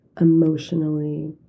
emotionally